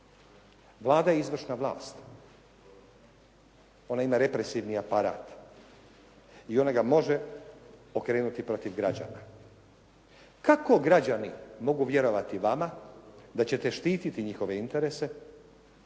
Vlada je izvršna vlast. Ona ima represivni aparat i ona ga može okrenuti protiv građana. Kako građani mogu vjerovati vama da ćete štititi njihove interese